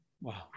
Wow